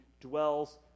dwells